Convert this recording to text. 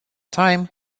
time